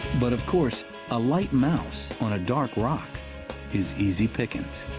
but of course a light mouse on dark rock is easy pickings.